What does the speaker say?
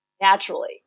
naturally